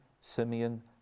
Simeon